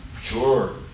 sure